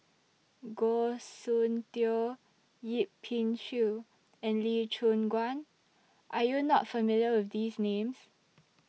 Goh Soon Tioe Yip Pin Xiu and Lee Choon Guan Are YOU not familiar with These Names